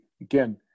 again